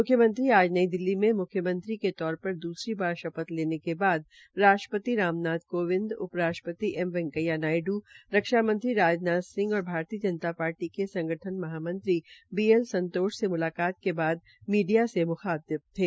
म्ख्यमंत्री आज नई दिल्ली में म्ख्यमंत्री के तौर पर दूसरी बार शपथ पत्र लेने के बाद राष्ट्रपति रामनाथ कोविंद रक्षा मंत्री राजनाथ सिंह और भारतीय जनता पार्टी के संगठन महामंत्री बी एल संतोष से मुलाकात के बाद मीडिया से मुखातिब थे